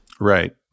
Right